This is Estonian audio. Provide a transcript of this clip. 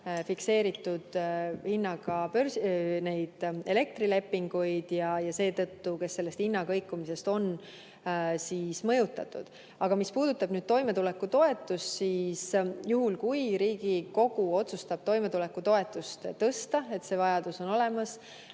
fikseeritud hinnaga elektrilepinguid ja kes seetõttu sellest hinnakõikumisest on mõjutatud. Aga mis puudutab toimetulekutoetust, siis juhul kui Riigikogu otsustab toimetulekutoetust tõsta, kui see vajadus on olemas,